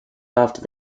after